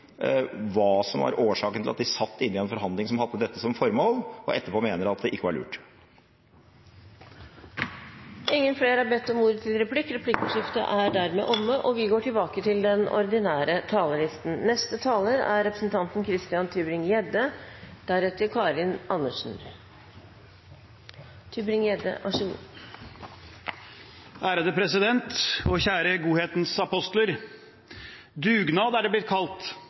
hva som var årsaken til at de satt i en forhandling som hadde dette som formål, og etterpå mener at det ikke var lurt. Replikkordskiftet er omme. Kjære godhetens apostler. Dugnad er det